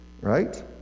right